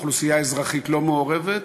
אוכלוסייה אזרחית לא-מעורבת,